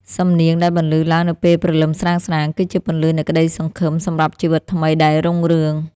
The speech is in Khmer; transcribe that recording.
សំនៀងដែលបន្លឺឡើងនៅពេលព្រលឹមស្រាងៗ គឺជាពន្លឺនៃក្ដីសង្ឃឹមសម្រាប់ជីវិតថ្មីដែលរុងរឿង។